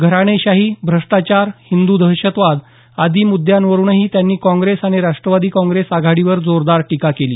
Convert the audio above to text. घराणेशाही भ्रष्टाचार हिंदू दहशतवाद आदी मुद्यांवरूनही त्यांनी काँग्रेस आणि राष्ट्रवादी काँग्रेस आघाडीवर जोरदार टीका केली